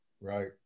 Right